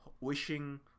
wishing